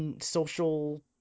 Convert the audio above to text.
social